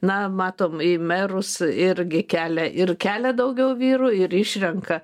na matom į merus irgi kelia ir kelia daugiau vyrų ir išrenka